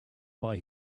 buy